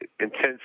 intense